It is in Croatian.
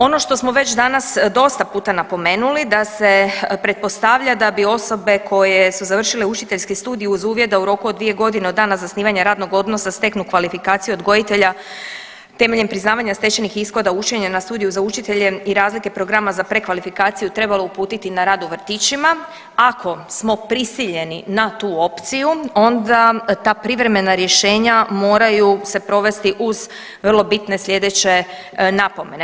Ono što smo već danas dosta puta napomenuli, da se pretpostavlja da bi osobe koje su završile učiteljski studij uz uvjet da u roku od 2 godine od dana zasnivanja radnog odnosa steknu kvalifikaciju odgojitelja temeljem priznavanja stečenih ishoda učenja na studiju za učitelje i razlike programa za prekvalifikaciju trebalo uputiti na rad u vrtićima, ako smo prisiljeni na tu opciju, onda ta privremena rješenja moraju se provesti uz vrlo bitne slijedeće napomene.